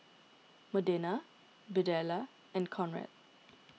Modena Birdella and Conrad